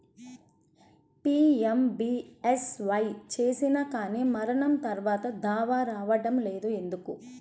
PMBSY చేసినా కానీ మరణం తర్వాత దావా రావటం లేదు ఎందుకు?